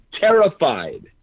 terrified